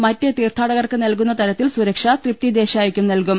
മറ്റ് തീർത്ഥാടകർക്ക് നൽകുന്ന തരത്തിൽ സുരക്ഷ തൃപ്തി ദേശായിക്കും നൽകും